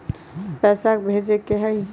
पैसा भेजे के हाइ?